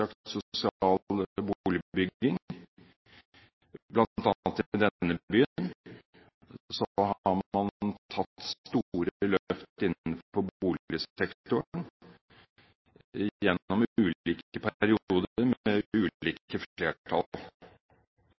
boligbygging. Blant annet i denne byen har man tatt store løft innenfor boligsektoren gjennom ulike perioder med ulike flertall.